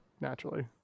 naturally